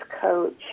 coach